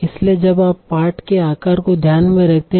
इसलिए जब आप पाठ के आकार को ध्यान में रखते हैं